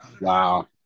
Wow